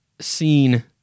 seen